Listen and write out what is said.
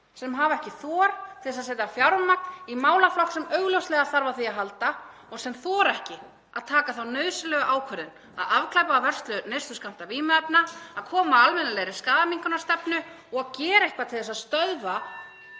sem hafa ekki þor til að setja fjármagn í málaflokk sem augljóslega þarf á því að halda, sem þora ekki að taka þá nauðsynlegu ákvörðun að afglæpavæða vörslu neysluskammta vímuefna, koma á almennilegri skaðaminnkunarstefnu og gera eitthvað til þess að stöðva